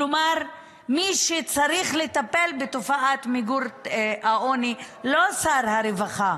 כלומר מי שצריך לטפל במיגור העוני הוא לא שר הרווחה,